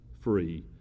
free